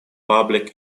public